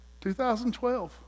2012